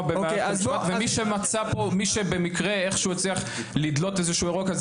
במערכת המשפט ומי שבמקרה איכשהו הצליח לדלות איזשהו אירוע כזה,